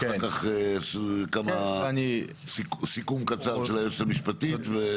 אחר כך סיכום קצר של היועץ המשפטי וסיום שלי.